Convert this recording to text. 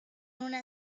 una